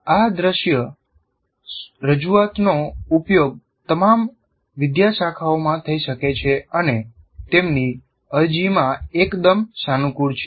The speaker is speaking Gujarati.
આ દ્રશ્ય રજૂઆતનો ઉપયોગ તમામ વિદ્યાશાખાઓમાં થઈ શકે છે અને તેમની અરજીમાં એકદમ સાનુકૂળ છે